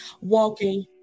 walking